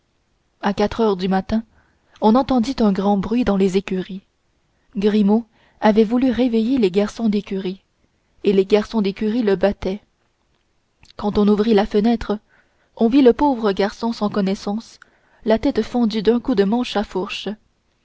à quatre heures du matin on entendit un grand bruit dans les écuries grimaud avait voulu réveiller les garçons d'écurie et les garçons d'écurie le battaient quand on ouvrit la fenêtre on vit le pauvre garçon sans connaissance la tête fendue d'un coup de manche à fourche